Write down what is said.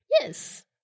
Yes